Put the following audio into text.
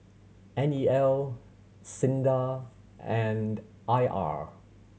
N E L SINDA and I R